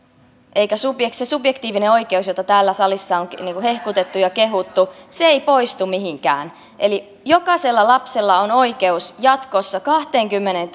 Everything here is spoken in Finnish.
se subjektiivinen oikeus jota täällä salissa on hehkutettu ja kehuttu ei poistu mihinkään eli jokaisella lapsella on oikeus jatkossa kahteenkymmeneen